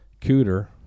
Cooter